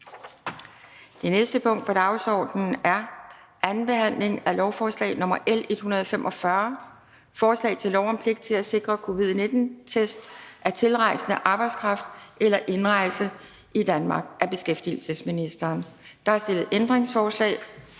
Det næste punkt på dagsordenen er: 2) 2. behandling af lovforslag nr. L 145: Forslag til lov om pligt til at sikre covid-19-test af tilrejsende arbejdskraft efter indrejse i Danmark. Af beskæftigelsesministeren (Peter Hummelgaard).